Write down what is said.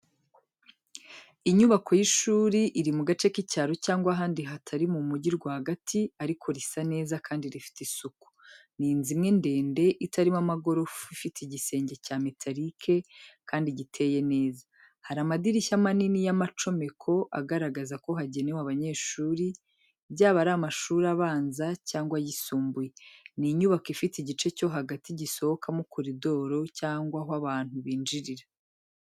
Inyubako y’ishuri riri mu gace k’icyaro cyangwa ahandi hatari mu mujyi rwagati, ariko risa neza kandi rifite isuku Ni inzu imwe ndende itarimo amagorofa ifite igisenge cya metarike kandi giteye neza. hari amadirishya manini y’amacomeko agaragaza ko hagenewe abanyeshuri, byaba ari mu mashuri abanza cyangwa ayisumbuye. inyubako ifite igice cyo hagati gisohokamo koridoro cyangwa aho abantu binjirira .